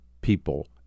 people